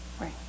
Right